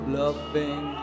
loving